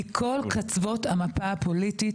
מכל קצוות המפה הפוליטית,